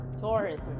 Taurus